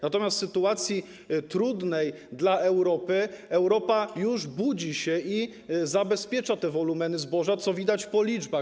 Natomiast w sytuacji trudnej dla Europy Europa już budzi się i zabezpiecza te wolumeny zboża, co widać po liczbach.